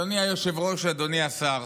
אדוני היושב-ראש, אדוני השר,